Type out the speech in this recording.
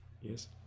Yes